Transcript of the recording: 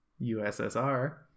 USSR